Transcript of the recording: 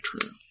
true